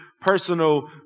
personal